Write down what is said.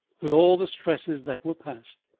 with all the stresses that were past.